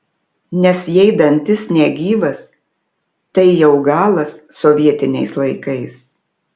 nes jei dantis negyvas tai jau galas sovietiniais laikais